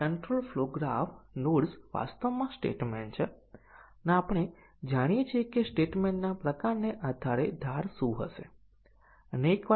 સાત સાથે ચાર તેથી ચારમાં B સેટ 1 અને A અને C એ 0 1 પર અને B એ 0 પર સેટ કરેલા છે અને આ 0 1 છે અને પરિણામ બદલાયા કરે છે